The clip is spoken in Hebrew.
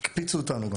הקפיצו אותנו.